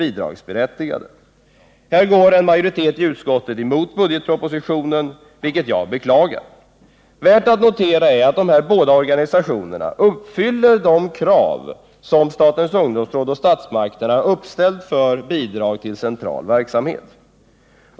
Här går en majoritet i utskottet emot budgetpropositionen, vilket jag beklagar. Värt att notera är att de här båda organisationerna uppfyller de krav som statens ungdomsråd och statsmakterna uppställt för bidrag till central verksamhet.